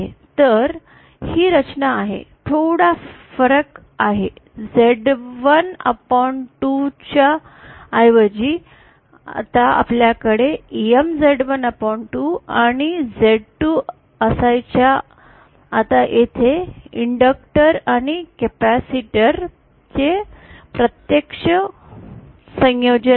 तर ही रचना आहे थोडा फरक आहे Z12 च्या ऐवजी आता आपल्याकडे MZ12 आहे आणि Z2 असायचा आता तेथे इन्डक्टर आणि कॅपेसिटर चे प्रत्यक्षात संयोजन आहे